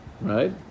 Right